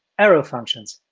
arrow functions,